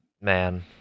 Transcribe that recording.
Man